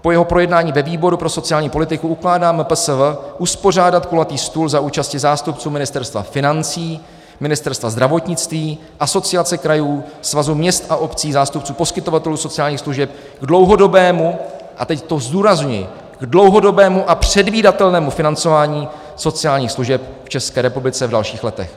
Po jeho projednání ve výboru pro sociální politiku ukládá MPSV uspořádat kulatý stůl za účasti zástupců Ministerstva financí, Ministerstva zdravotnictví, Asociace krajů, Svazu měst a obcí, zástupců poskytovatelů sociálních služeb k dlouhodobému a teď to zdůrazňuji k dlouhodobému a předvídatelnému financování sociálních služeb v České republice v dalších letech.